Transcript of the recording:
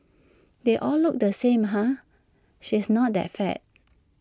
they all look the same ah she's not that fat